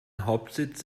hauptsitz